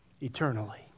eternally